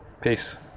Peace